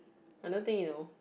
I don't think he know